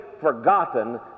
forgotten